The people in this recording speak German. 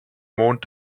mond